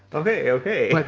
okay, okay.